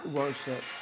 worship